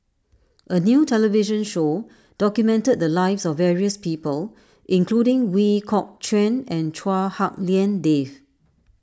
a new television show documented the lives of various people including Kok Chuen and Chua Hak Lien Dave